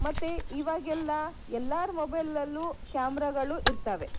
ಮತ್ತೆ ಇವಾಗೆಲ್ಲ ಎಲ್ಲರ ಮೊಬೈಲಲ್ಲೂ ಕ್ಯಾಮ್ರಾಗಳು ಇರ್ತವೆ